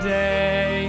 day